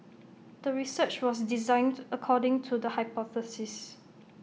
the research was designed according to the hypothesis